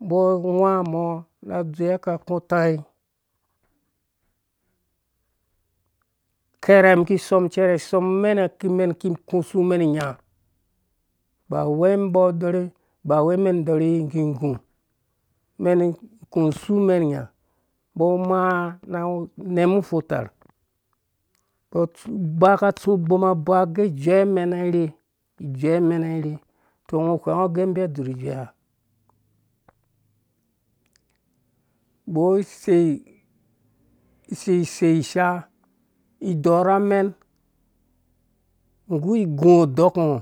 umbɔ angwa mɔ na adzowe akaku atai akɛrɛ umum iki isɔm icɛrɛ isɔm na amen akimen iki iku usumen inya ba wei umbɔ adɔrhi ba wei umen idɔrhi ingigu umen uku usumen inya umbo amaa na anyɛmu upfu-tar umbɔ atsu ba ka tsu uboma abaage ijuɛmɛnairhe ijuɛmɛna irhe to ungo whwengago ugɛ umbi adzurh ijue ha bɔr isei isei isei isha idɔɔr amen nggu igu undɔkungu,